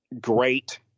great